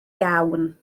iawn